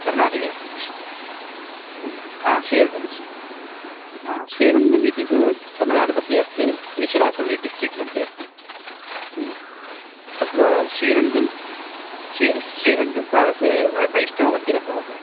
कर्णाटके अस्ति हा हा श्रीरङ्गम् इति तु तमिळ्नाडु मध्ये अस्ति त्रिशुरापळ्ळि डिस्टिक्ट् मध्ये अस्ति ह्म् तत्र श्रीरङ्गं श्री श्रीरङ्गं तावत् व वैष्णवमन्दिरं भवति